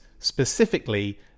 Specifically